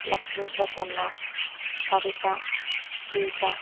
Lakshmi Prasanna Kavitha Sita